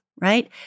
right